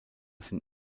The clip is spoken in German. sind